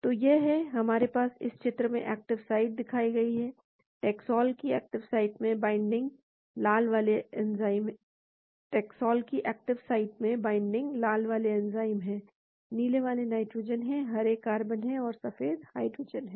तो यह है हमारे पास इस चित्र में एक्टिव साइट दिखाई गई है टैक्सोल की एक्टिव साइट में बाइंडिंग लाल वाले ऑक्सीजन हैं नीले वाले नाइट्रोजन हैं हरे कार्बन हैं और सफेद हाइड्रोजन हैं